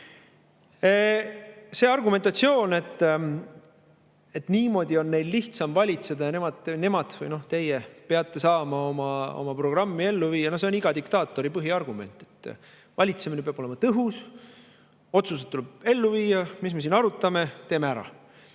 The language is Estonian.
argumentatsioon, et niimoodi on neil lihtsam valitseda ja nemad peavad saama oma programmi ellu viia, no see on iga diktaatori põhiargument. "Valitsemine peab olema tõhus, otsuseid tuleb ellu viia. Mida me siin arutame? Teeme ära!"